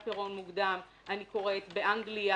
פירעון מוקדם אני קוראת" באנגליה,